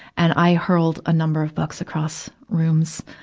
and i hurled a number of books across rooms,